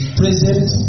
present